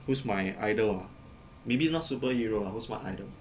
who's my idol ah maybe not superhero who's my idol